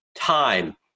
time